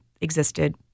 existed